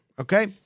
okay